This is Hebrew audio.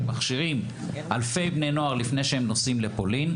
מכשירים אלפי בני נוער לפני שהם נוסעים לפולין.